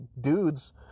dudes